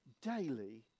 daily